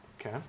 okay